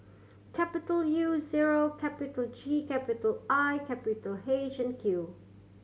capital U zero capital G capital I capital H and Q